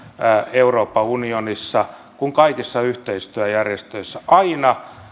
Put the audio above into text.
euroopan unionissa kuin kaikissa yhteistyöjärjestöissä aina